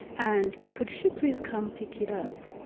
and could she please come pick it up?